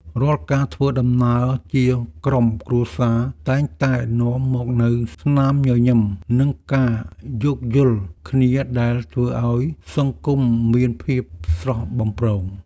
រាល់ការធ្វើដំណើរជាក្រុមគ្រួសារតែងតែនាំមកនូវស្នាមញញឹមនិងការយោគយល់គ្នាដែលធ្វើឱ្យសង្គមមានភាពស្រស់បំព្រង។